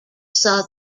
saw